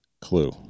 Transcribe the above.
clue